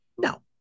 No